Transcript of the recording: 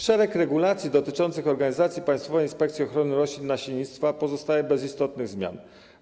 Szereg regulacji dotyczących organizacji Państwowej Inspekcji Ochrony Roślin i Nasiennictwa pozostaje bez istotnych zmian.